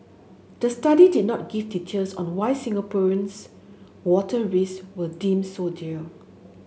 the study did not give details on why Singapore's water risk were deemed so